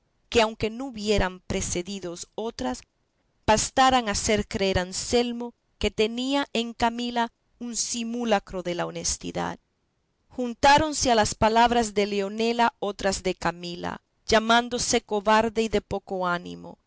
que aunque no hubieran precedido otras bastaran a hacer creer a anselmo que tenía en camila un simulacro de la honestidad juntáronse a las palabras de leonela otras de camila llamándose cobarde y de poco ánimo